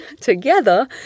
together